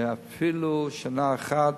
אפילו שנה אחת